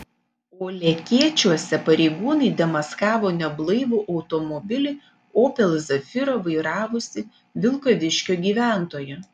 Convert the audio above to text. o lekėčiuose pareigūnai demaskavo neblaivų automobilį opel zafira vairavusį vilkaviškio gyventoją